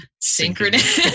synchronous